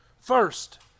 First